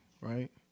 right